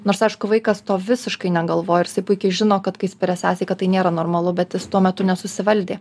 nors aišku vaikas to visiškai negalvoj puikiai žino kad kai spiria sesei kad tai nėra normalu bet jis tuo metu nesusivaldė